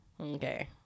Okay